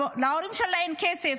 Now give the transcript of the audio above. להורים שלה אין כסף,